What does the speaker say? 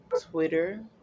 Twitter